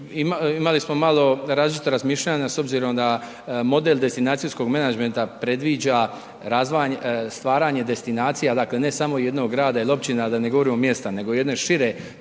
Imali smo malo različita razmišljanja s obzirom na model destinacijskog menadžmenta predviđa stvaranje destinacija, dakle ne samo jednog grada ili općina, da ne govorim mjesta, nego jedno šire